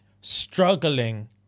struggling